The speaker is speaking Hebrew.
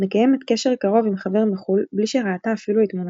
מקיימת קשר קרוב עם חבר מחו"ל בלי שראתה אפילו את תמונתו.